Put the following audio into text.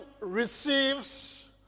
receives